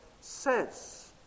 says